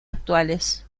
actuales